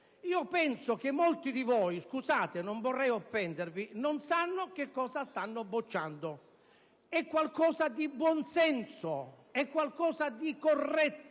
Penso che molti di voi - scusate, non vorrei offendervi - non sappiano cosa stanno bocciando. È qualcosa di buon senso, qualcosa di corretto,